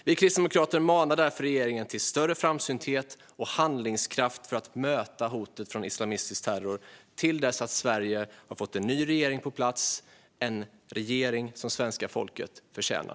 Vi kristdemokrater manar därför regeringen till större framsynthet och handlingskraft för att möta hotet från islamistisk terror till dess att Sverige har fått en ny regering på plats, en regering som svenska folket förtjänar.